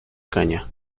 caña